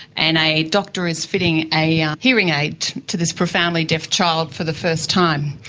and a doctor is fitting a hearing aid to this profoundly deaf child for the first time.